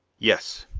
yes.